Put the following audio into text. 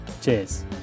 Cheers